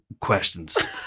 questions